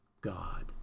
God